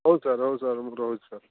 ହଉ ସାର୍ ହଉ ସାର୍ ମୁଁ ରହୁଛି ସାର୍